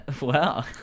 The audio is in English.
Wow